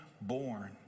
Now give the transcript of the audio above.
born